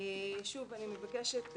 אני מבקשת,